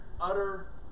utter